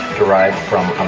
derived from ah